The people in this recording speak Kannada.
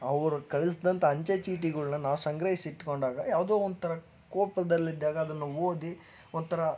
ಅವರು ಕಳಿಸ್ದಂತ ಅಂಚೆ ಚೀಟಿಗಳನ್ನ ನಾವು ಸಂಗ್ರಹಿಸಿಟ್ಟುಕೊಂಡಾಗ ಯಾವುದೋ ಒಂಥರ ಕೋಪದಲ್ಲಿದಾಗ ಅದನ್ನು ಓದಿ ಒಂಥರ